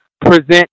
present